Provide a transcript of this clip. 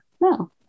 no